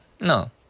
no